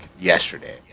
yesterday